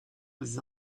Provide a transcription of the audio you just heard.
des